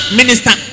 minister